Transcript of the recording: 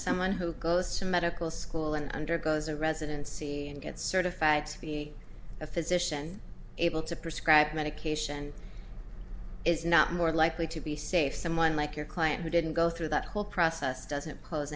someone who goes to medical school and undergoes a residency and get certified to be a physician able to prescribe medication is not more likely to be safe someone like your client who didn't go through that whole process doesn't